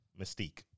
Mystique